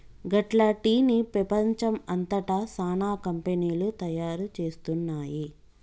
గట్ల టీ ని పెపంచం అంతట సానా కంపెనీలు తయారు చేస్తున్నాయి